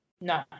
No